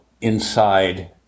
inside